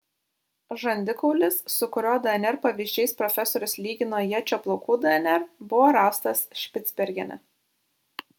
žandikaulis su kurio dnr pavyzdžiais profesorius lygino ječio plaukų dnr buvo rastas špicbergene